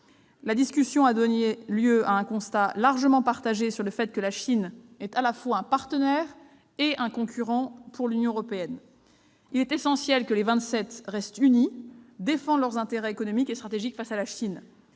La discussion a donné lieu à un constat largement partagé sur le fait que la Chine est à la fois un partenaire et un concurrent pour l'Union européenne. Il est essentiel que les Vingt-Sept restent unis et défendent leurs intérêts économiques et stratégiques face à la Chine.